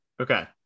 Okay